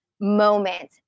moment